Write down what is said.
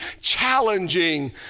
challenging